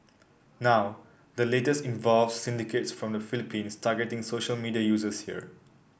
now the latest involves syndicates from the Philippines targeting social media users here